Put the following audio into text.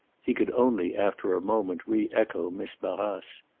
he could only after a moment re-echo miss barrace.